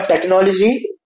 technology